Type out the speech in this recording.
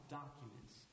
documents